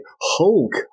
Hulk